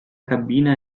cabina